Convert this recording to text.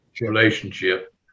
Relationship